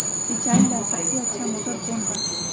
सिंचाई ला सबसे अच्छा मोटर कौन बा?